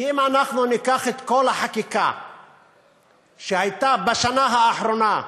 כי אם אנחנו ניקח את כל החקיקה שהייתה בשנה האחרונה,